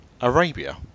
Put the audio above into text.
arabia